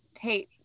Hey